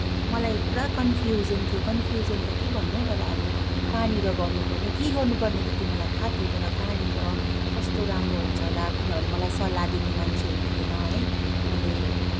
मलाई पूरा कन्फ्युजन थियो कन्फ्युजन त के भन्नु तर अब कहाँनिर गर्नुपर्ने के गर्नुपर्ने त त्यो मलाई थाहा थियो कहाँनिर कस्तो राम्रो हुन्छ होला किनभने मलाई सल्लाह दिने मान्छेहरू थिएन है मैले